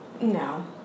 No